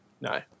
no